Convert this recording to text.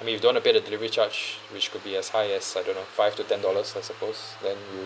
I mean if you don't want to pay the delivery charge which could be as high as I don't know five to ten dollars I suppose then you